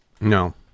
No